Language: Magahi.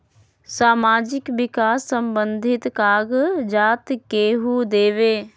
समाजीक विकास संबंधित कागज़ात केहु देबे?